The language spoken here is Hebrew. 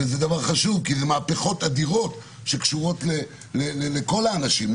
וזה דבר חשוב כי אלה מהפכות אדירות שקשורות לכל האנשים,